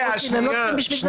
הם לא צריכים בשביל זה צוואה.